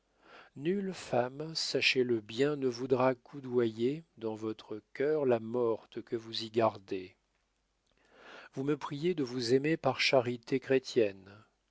nulle femme sachez-le bien ne voudra coudoyer dans votre cœur la morte que vous y gardez vous me priez de vous aimer par charité chrétienne